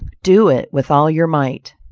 do it with all your might